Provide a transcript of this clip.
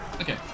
Okay